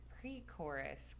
pre-chorus